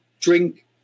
drink